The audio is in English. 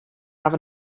have